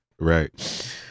Right